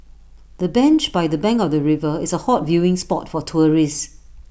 the bench by the bank of the river is A hot viewing spot for tourists